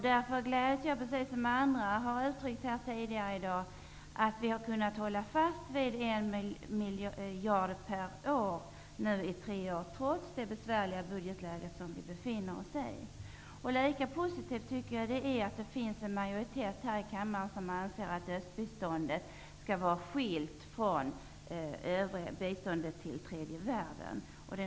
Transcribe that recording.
Därför gläds jag, precis som andra här tidigare i dag har gett uttryck för, över att vi har kunnat hålla fast vid målet 1 miljard per år under tre års tid, trots det besvärliga budgetläge som vi befinner oss i. Lika positivt tycker jag att det är att det finns en majoritet här i kammaren som anser att östbiståndet skall vara skilt från det övriga biståndet till tredje världen.